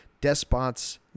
Despots